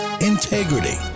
Integrity